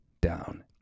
down